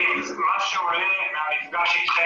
בתל מונד יש ועדה ממונה מאחר וב-2016